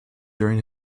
during